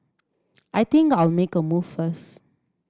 I think I'll make a move first